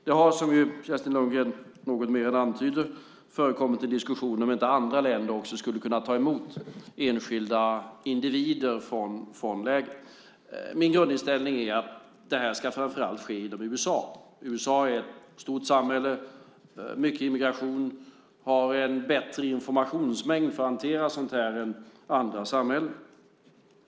Det har, som Kerstin Lundgren något mer än antyder, förekommit en diskussion om inte andra länder också skulle kunna ta emot enskilda individer från lägret. Min grundinställning är att detta framför allt ska ske inom USA. USA är ett stort samhälle med mycket immigration och har en bättre informationsmängd för att hantera sådant här än andra samhällen.